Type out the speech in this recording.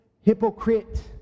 hypocrite